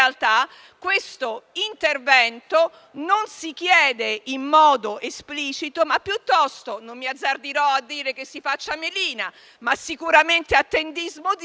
questo intervento non viene chiesto in modo esplicito. Non mi azzarderò a dire che si faccia melina, ma sicuramente attendismo sì,